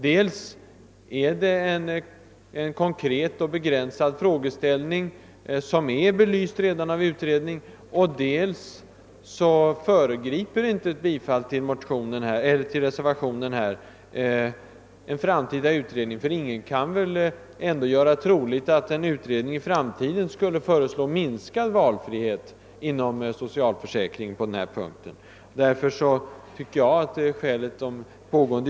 Dels gäller det en konkret och begränsad frågeställning, som redan har blivit belyst av en utredning, dels föregriper inte ett bifall till reservationen en framtida utredning — ty ingen vill väl försöka göra troligt att en utredning i framtiden skulle komma att föreslå minskad valfrihet inom socialförsäkringen i detta fall.